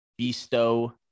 Bisto